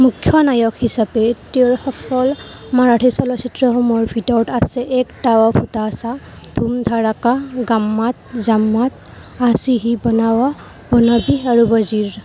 মুখ্য নায়ক হিচাপে তেওঁৰ সফল মাৰাঠী চলচ্চিত্ৰসমূহৰ ভিতৰত আছে এক দাৱ ভুটাচা ধুম ধাড়াকা গাম্মাট জাম্মাট আশী হী বনাৱ বনাৱী আৰু ৱজিৰ